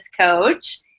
coach